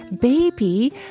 baby